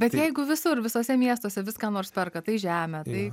bet jeigu visur visuose miestuose vis ką nors perka tai žemę tai